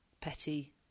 petty